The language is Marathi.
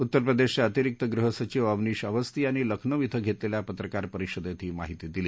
उत्तर प्रदेशचे अतिरिक्त गृहसचिव अवनीश अवस्थी यांनी लखनौ क्रिं घेतलेल्या पत्रकार परिषदेत ही माहिती दिली